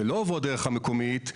כשאת רואה את הכמויות של הדברים,